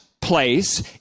place